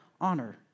honor